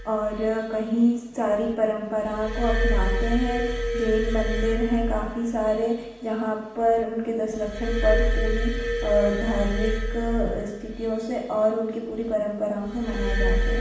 और कईं सारी परंपरा को अपनाते हैं जैन मंदिर है काफ़ी सारे जहाँ पर उनके दस लक्षण पर्व पूरी धार्मिक स्थितियों से और उनके पूरी परंपराओं से मनाए जाते हैं